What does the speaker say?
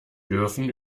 dürfen